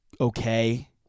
okay